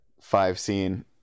five-scene